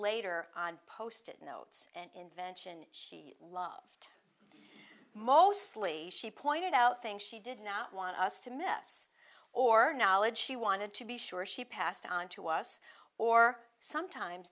later on posted notes and invention she loved mostly she pointed out things she did not want us to mess or knowledge she wanted to be sure she passed on to us or sometimes